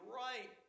right